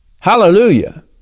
Hallelujah